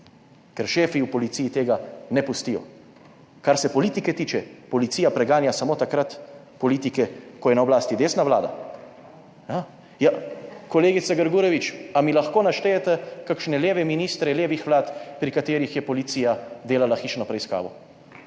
ker šefi v policiji tega ne pustijo. Kar se politike tiče, policija preganja samo takrat politike, ko je na oblasti desna vlada. Ja, kolegica Grgurevič, ali mi lahko naštejete kakšne leve ministre levih vlad, pri katerih je policija delala hišno preiskavo?